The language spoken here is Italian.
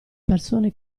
persone